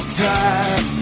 time